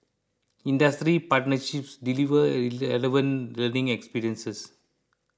industry partnerships deliver relevant learning experiences